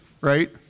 right